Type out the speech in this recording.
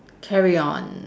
carry on